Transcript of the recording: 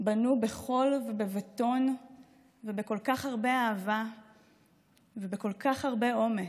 בנו בחול ובבטון ובכל כך הרבה אהבה ובכל כך הרבה אומץ.